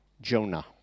Jonah